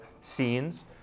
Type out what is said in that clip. scenes